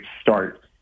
start